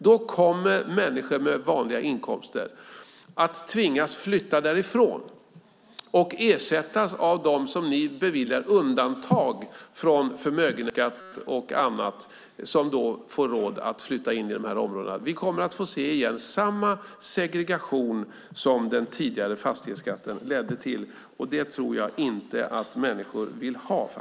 Då kommer människor med vanliga inkomster att tvingas flytta därifrån och ersättas av dem som ni beviljar undantag från förmögenhetsskatt och annat och som får råd att flytta in i de här områdena. Vi kommer att få se samma segregation som den tidigare fastighetsskatten ledde till. Detta tror jag inte att människor vill ha.